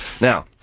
Now